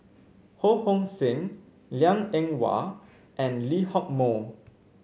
Ho Hong Sing Liang Eng Hwa and Lee Hock Moh